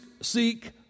seek